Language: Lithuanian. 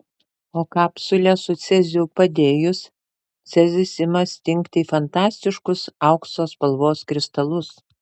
o kapsulę su ceziu padėjus cezis ima stingti į fantastiškus aukso spalvos kristalus